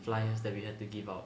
flyers that we had to give out